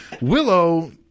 Willow